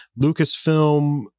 Lucasfilm